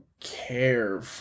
care